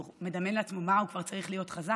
הוא מדמיין לעצמו למה הוא כבר צריך להיות חזק,